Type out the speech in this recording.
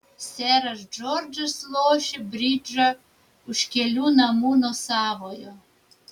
seras džordžas lošė bridžą už kelių namų nuo savojo